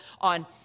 on